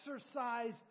Exercise